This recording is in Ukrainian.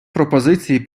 пропозиції